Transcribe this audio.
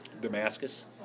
Damascus